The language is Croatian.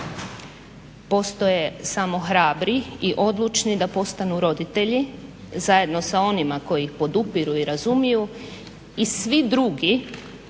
Postoje samo hrabri i odlučni da postanu roditelji, zajedno sa onima koji ih podupiru i razumiju i svi drugi